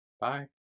Bye